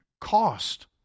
cost